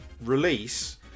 release